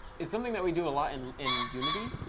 it's something that we do a lot and in unity.